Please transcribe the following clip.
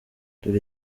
dore